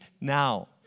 now